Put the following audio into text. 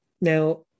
now